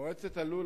מועצת הלול,